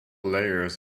layers